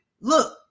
Look